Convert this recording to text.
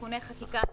(תיקוני חקיקה),